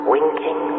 Winking